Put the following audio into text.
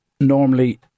normally